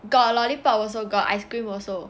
got lollipop also got ice cream also